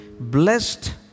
blessed